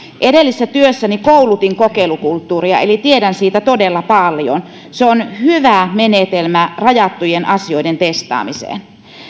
edellisessä työssäni koulutin kokeilukulttuuria eli tiedän siitä todella paljon se on hyvä menetelmä rajattujen asioiden testaamiseen